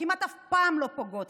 שכמעט אף פעם לא פוגעות.